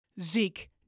zeke